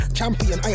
Champion